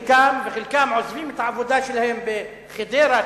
וחלקם עוזבים את העבודה שלהם בחדרה,